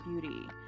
Beauty